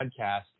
podcast